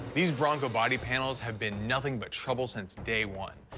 these bronco body panels have been nothing but trouble since day one.